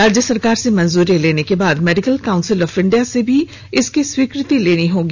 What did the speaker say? राज्य सरकार से मंजूरी लेने के बाद मेडिकल काउंसिल ऑफ इंडिया से भी इसकी स्वीकृति लेनी होगी